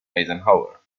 eisenhower